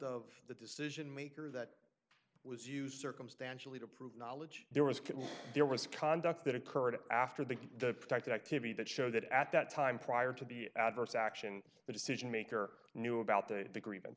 of the decision maker that was used circumstantially to prove knowledge there was there was conduct that occurred after the fact that activity that showed that at that time prior to the adverse action the decision maker knew about the agreement